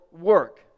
work